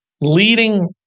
leading